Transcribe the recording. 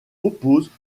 opposent